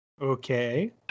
Okay